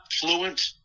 fluent